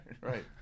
right